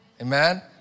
Amen